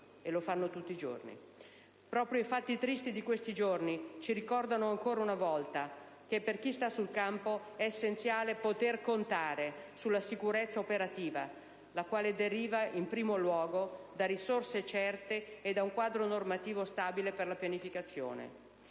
(e accade tutti i giorni). Proprio i tristi fatti di questi giorni ci ricordano ancora una volta che per chi sta sul campo è essenziale poter contare sulla sicurezza operativa, la quale deriva in primo luogo da risorse certe e da un quadro normativo stabile per la pianificazione.